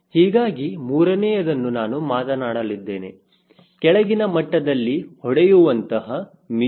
ಹೀಗಾಗಿ ಮೂರನೆಯದನ್ನು ನಾನು ಮಾತನಾಡಲಿದ್ದೇವೆ ಕೆಳಗಿನ ಮಟ್ಟದಲ್ಲಿ ಹೊಡೆಯುವಂತಹ ಮಿಷನ್